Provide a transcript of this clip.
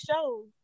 shows